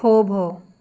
થોભો